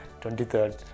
23rd